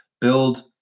build